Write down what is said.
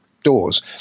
Doors